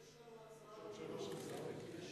עליה אחר כך?